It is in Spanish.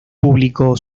publicó